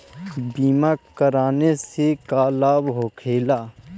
बीमा कराने से का लाभ होखेला?